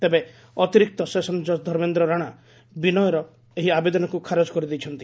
ତେବେ ଅତିରିକ୍ତ ସେସନ ଜଜ୍ ଧର୍ମେନ୍ଦ୍ର ରାଣା ବିନୟର ଏହି ଆବେଦନକୁ ଖାରଜ କରିଦେଇଛନ୍ତି